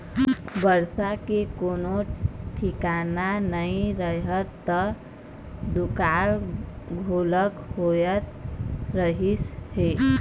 बरसा के कोनो ठिकाना नइ रहय त दुकाल घलोक होवत रहिस हे